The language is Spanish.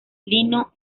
lino